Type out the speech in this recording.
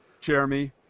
jeremy